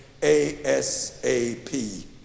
ASAP